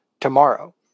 tomorrow